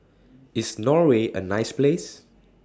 IS Norway A nice Place